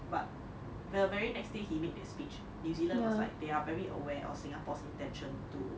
but the very next day he made the speech new zealand was like they are very aware of singapore's intention to